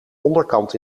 onderkant